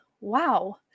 wow